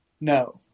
No